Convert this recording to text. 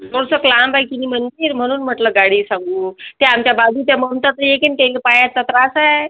बहुसक लांब आहे की मी म्हणतीय म्हणून म्हंटलं गाडी सांगू त्यां आमच्या बाजूच्या म्हणतात मी येती की त्यांना पायाचा त्रास आहे